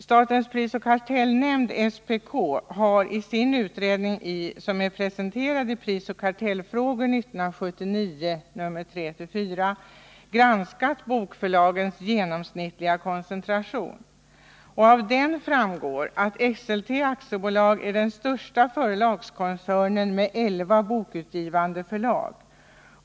Statens prisoch kartellnämnd, SPK, har i sin utredning, vilken presenterats i Prisoch kartellfrågor 1979 nr 3-4, granskat bokförlagens genomsnittliga koncentration. Av utredningen framgår att Esselte AB är den största förlagskoncernen med elva bokutgivande förlag.